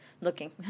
looking